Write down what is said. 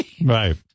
Right